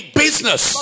business